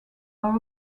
are